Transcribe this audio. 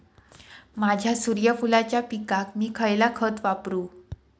माझ्या सूर्यफुलाच्या पिकाक मी खयला खत वापरू?